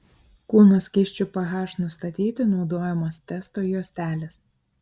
kūno skysčių ph nustatyti naudojamos testo juostelės